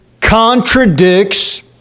contradicts